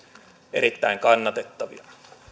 erittäin kannatettavia